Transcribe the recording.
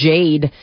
Jade